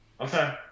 Okay